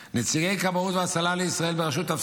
לנציגי כבאות והצלה לישראל בראשות טפסר